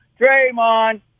Draymond